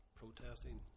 protesting